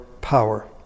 power